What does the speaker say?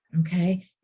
Okay